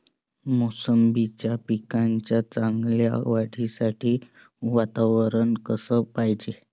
मोसंबीच्या पिकाच्या चांगल्या वाढीसाठी वातावरन कस पायजे?